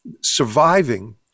surviving